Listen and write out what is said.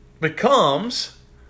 becomes